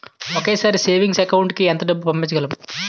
ఒకేసారి savings account కి ఎంత డబ్బు పంపించగలము?